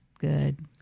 good